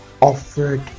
offered